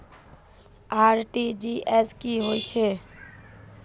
RTGS की होचए?